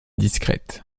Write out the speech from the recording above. discrète